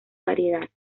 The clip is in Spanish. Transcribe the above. variedades